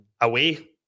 away